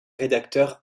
rédacteur